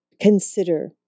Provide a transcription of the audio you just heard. consider